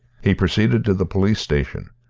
he proceeded to the police station,